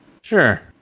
sure